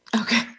Okay